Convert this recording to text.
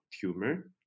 tumor